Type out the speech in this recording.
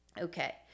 Okay